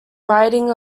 riding